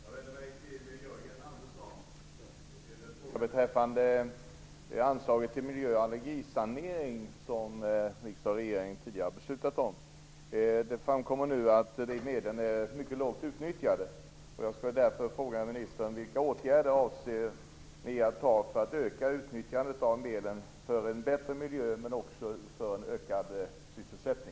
Herr talman! Jag vänder mig till Jörgen Andersson. Frågan gäller det anslag till miljö och allergisanering som riksdag och regering tidigare har beslutat om. Det framkommer nu att de medlen är mycket lågt utnyttjade. Jag vill därför fråga ministern: Vilka åtgärder avser ni att vidta för att öka utnyttjandet av medlen för en bättre miljö men också för en ökad sysselsättning?